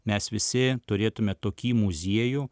mes visi turėtume tokį muziejų